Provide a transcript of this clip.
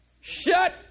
Shut